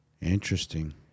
Interesting